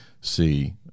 see